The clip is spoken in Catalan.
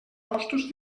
costos